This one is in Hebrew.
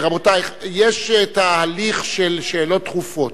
רבותי, יש תהליך של שאלות דחופות.